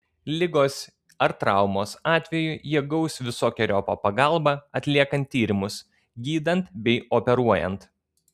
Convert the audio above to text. ligos ar traumos atveju jie gaus visokeriopą pagalbą atliekant tyrimus gydant bei operuojant